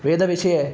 वेदविषये